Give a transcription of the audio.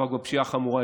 במאבק בפשיעה חמורה,